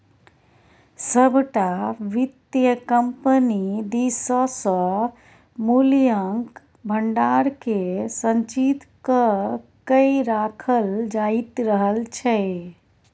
सभटा वित्तीय कम्पनी दिससँ मूल्यक भंडारकेँ संचित क कए राखल जाइत रहल छै